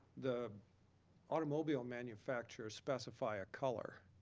the automobile manufacturers specify a color.